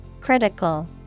Critical